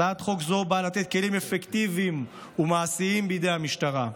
הצעת חוק זו באה לתת כלים אפקטיביים ומעשיים בידי המשטרה.